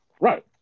Right